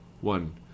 One